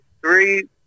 three